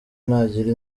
ntagira